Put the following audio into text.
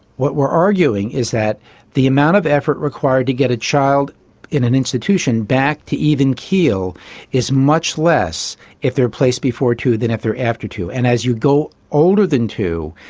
what we're arguing is that the amount of effort required to get a child in an institution back to an even keel is much less if they are placed before two than if they are after two. and as you go older than two,